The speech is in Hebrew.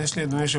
אדוני היושב-ראש,